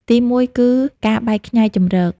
ទីមួយគឺ ការបែកខ្ញែកជម្រក។